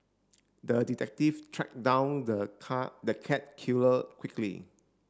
the detective track down the car the cat killer quickly